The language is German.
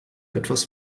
etwas